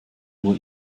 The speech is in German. nur